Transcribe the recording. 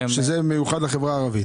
שזה מיוחד לחברה הערבית.